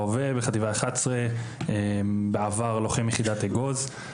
בהווה חטיבה 11. בעבר לוחם ביחידת אגוז.